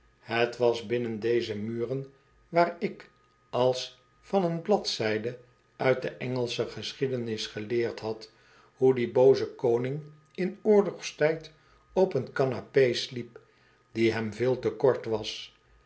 het was binnen deze muren waar ik als van een bladzijde uit de engelsche geschiedenis geleerd had hoe die booze koning in oorlogstijd op een canapé sliep die hem veel te kort was